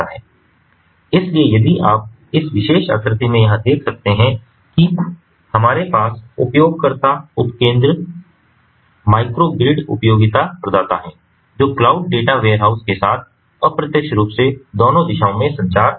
इसलिए यदि आप इस विशेष आकृति में यहां देख सकते हैं कि हमारे पास उपयोगकर्ता उपकेंद्र माइक्रो ग्रिड उपयोगिता प्रदाता हैं जो क्लाउड डेटा वेयर हाउस के साथ अप्रत्यक्ष रूप से दोनों दिशाओं में संचार कर रहे हैं